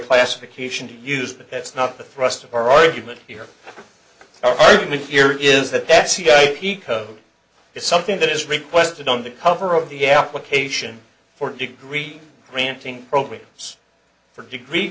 classification to use but that's not the thrust of our argument here argument here is that that pico is something that is requested on the cover of the application for degree granting programs for degree